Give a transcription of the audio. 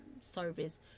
service